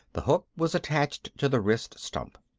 the hook was attached to the wrist stump.